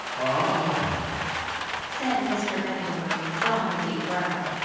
ah said mr. van der luyden, drawing a deep breath.